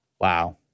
Wow